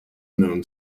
known